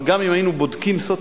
אבל גם אם היינו בודקים לפי מצב